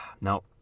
No